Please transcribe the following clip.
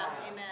Amen